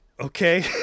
Okay